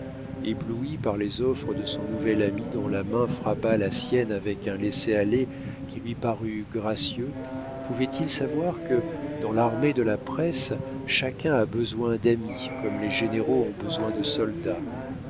ébloui par les offres de son nouvel ami dont la main frappa la sienne avec un laisser-aller qui lui parut gracieux pouvait-il savoir que dans l'armée de la presse chacun a besoin d'amis comme les généraux ont besoin de soldats